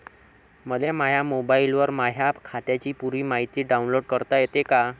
मले माह्या मोबाईलवर माह्या खात्याची पुरी मायती डाऊनलोड करता येते का?